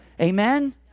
Amen